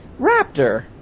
Raptor